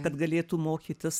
kad galėtų mokytis